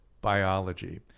biology